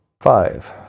Five